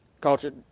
culture